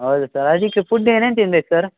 ಹೌದಾ ಸರ್ ಅದಕ್ಕೆ ಫುಡ್ ಏನೇನು ತಿನ್ಬೇಕು ಸರ್